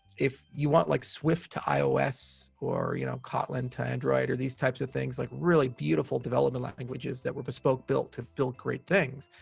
if you want like swift to ios or, you know, kotlin to android, or these types of things like really beautiful development languages that were bespoke, built to build great things,